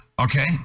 Okay